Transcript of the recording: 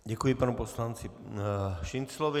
Děkuji panu poslanci Šinclovi.